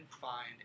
find